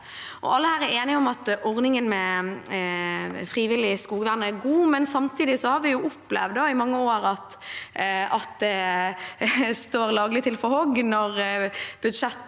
Alle her er enige om at ordningen med frivillig skogvern er god, men samtidig har vi i mange år opplevd at det står laglig til for hogg når budsjettet